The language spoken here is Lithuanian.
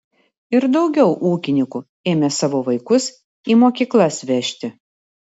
ir daugiau ūkininkų ėmė savo vaikus į mokyklas vežti